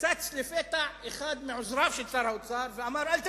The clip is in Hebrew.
צץ לפתע אחד מעוזריו של שר האוצר ואמר: אל תסביר.